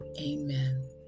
Amen